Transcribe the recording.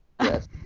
yes